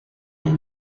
est